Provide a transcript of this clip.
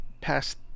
past